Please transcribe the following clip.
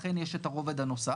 לכן יש את הרובד הנוסף,